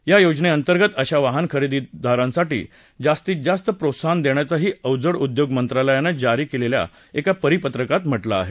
या योजने अंतर्गत अशा वाहनखरेदींसाठी जास्तीत जास्त प्रोत्साहन देण्याचंही अवजड उद्योग मंत्रालयानं जारी केलेल्या एका परिपत्रकात म्हटलं आहे